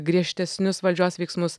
griežtesnius valdžios veiksmus